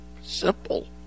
simple